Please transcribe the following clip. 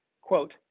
quote